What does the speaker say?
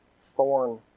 thorn